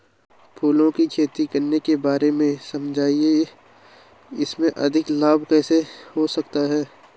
फूलों की खेती करने के बारे में समझाइये इसमें अधिक लाभ कैसे हो सकता है?